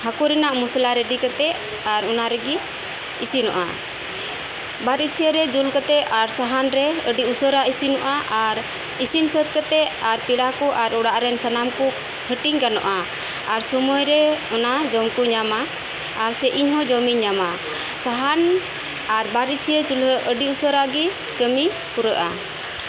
ᱦᱟᱹᱠᱩ ᱨᱮᱱᱟᱜ ᱢᱚᱥᱚᱞᱟ ᱨᱤᱰᱤ ᱠᱟᱛᱮ ᱟᱨ ᱚᱱᱟ ᱨᱤᱜᱤ ᱤᱥᱤᱱᱚᱜᱼᱟ ᱵᱟᱨ ᱤᱪᱷᱟᱹᱭᱟᱹ ᱨᱮ ᱡᱩᱞ ᱠᱟᱛᱮ ᱟᱨ ᱥᱟᱦᱟᱱ ᱨᱮ ᱟᱹᱰᱤ ᱩᱥᱟᱹᱨᱟ ᱤᱥᱤᱱᱚᱜᱼᱟ ᱟᱨ ᱤᱥᱤᱱ ᱥᱟᱹᱛ ᱠᱟᱛᱮ ᱟᱨ ᱯᱮᱲᱟ ᱠᱚ ᱟᱨ ᱚᱲᱟᱜ ᱨᱮ ᱥᱟᱱᱟᱢ ᱠᱚ ᱦᱟᱹᱴᱤᱧ ᱜᱟᱱᱚᱜᱼᱟ ᱟᱨ ᱥᱳᱢᱚᱭᱨᱮ ᱚᱱᱟ ᱡᱚᱢ ᱠᱚ ᱧᱟᱢᱟ ᱟᱨ ᱥᱮ ᱤᱧ ᱦᱚᱸ ᱡᱚᱢᱤᱧ ᱧᱟᱢᱟ ᱥᱟᱦᱟᱱ ᱟᱨ ᱵᱟᱨ ᱤᱪᱷᱟᱹᱭᱟᱹ ᱪᱩᱞᱦᱟᱹ ᱟᱹᱰᱤ ᱩᱥᱟᱹᱨᱟ ᱜᱮ ᱠᱟᱹᱢᱤ ᱯᱩᱨᱟᱹᱜᱼᱟ